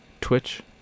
Twitch